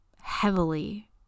heavily